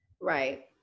right